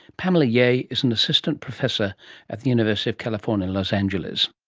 pamela yeh is an assistant professor at the university of california, los angeles